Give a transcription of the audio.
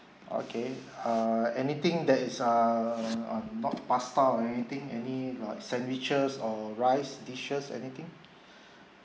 okay uh anything that is err um not pasta or anything any not sandwiches or rice dishes anything